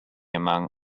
among